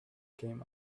came